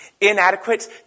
inadequate